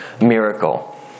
miracle